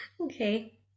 Okay